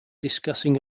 discussing